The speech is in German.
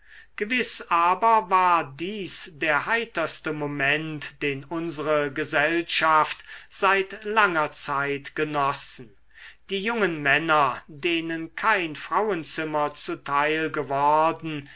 gewiß aber war dies der heiterste moment den unsere gesellschaft seit langer zeit genossen die jungen männer denen kein frauenzimmer zuteil geworden